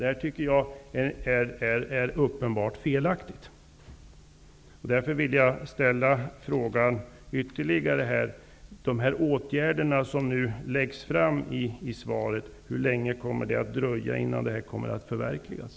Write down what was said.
Det tycker jag är fel. Jag frågar därför: Hur länge kommer det att dröja innan de här åtgärderna som nämns i svaret kommer att förverkligas?